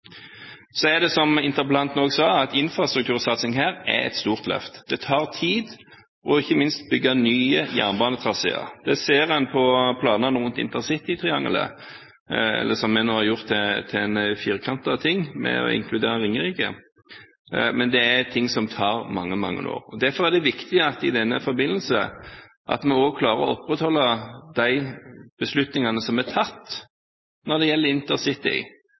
er en fordel. Som interpellanten sa, infrastruktursatsing her er et stort løft. Det tar tid ikke minst å bygge nye jernbanetraseer. Det ser en av planene rundt intercitytriangelet – som vi nå har gjort til en firkantet ting, ved å inkludere Ringerike. Dette er ting som tar mange, mange år. Derfor er det viktig at vi i denne forbindelse klarer å opprettholde de beslutningene som er tatt når det gjelder intercity,